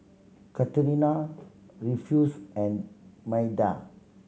Katerina Rufus and Maida